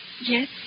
Yes